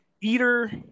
eater